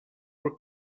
for